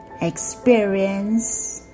Experience